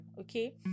okay